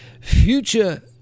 future